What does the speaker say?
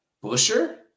Busher